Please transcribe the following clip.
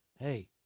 hey